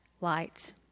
light